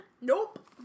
Nope